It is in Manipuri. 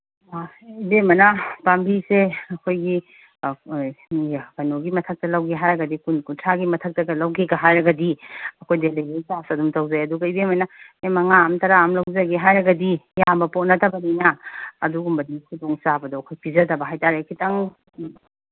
ꯑ ꯏꯕꯦꯝꯃꯅ ꯄꯥꯝꯕꯤꯁꯦ ꯑꯩꯈꯣꯏꯒꯤ ꯀꯩꯅꯣꯒꯤ ꯃꯊꯛꯇ ꯂꯧꯒꯦ ꯍꯏꯔꯒꯗꯤ ꯀꯨꯟ ꯀꯨꯟꯊ꯭ꯔꯥꯒꯤ ꯃꯊꯛꯇꯒ ꯂꯧꯒꯦꯀ ꯍꯥꯏꯔꯒꯗꯤ ꯑꯩꯈꯣꯏ ꯗꯦꯂꯤꯚꯔꯤ ꯆꯥꯔꯖ ꯑꯗꯨꯝ ꯇꯧꯖꯩ ꯑꯗꯨꯒ ꯏꯕꯦꯝꯃꯅ ꯑꯦ ꯃꯉꯥꯃ ꯇꯔꯥꯃ ꯂꯧꯖꯒꯦ ꯍꯥꯏꯔꯒꯗꯤ ꯌꯥꯝꯕ ꯄꯣꯠ ꯅꯠꯇꯕꯅꯤꯅ ꯑꯗꯨꯒꯨꯝꯕꯗꯤ ꯈꯨꯗꯣꯡ ꯆꯥꯕꯗꯣ ꯑꯩꯈꯣꯏ ꯄꯤꯖꯗꯕ ꯍꯥꯏ ꯇꯥꯔꯦ ꯈꯤꯇꯪ